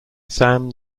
sam